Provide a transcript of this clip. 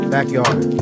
Backyard